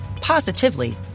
positively